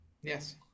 Yes